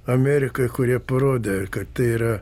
amerikoj kurie parodė kad tai yra